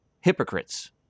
hypocrites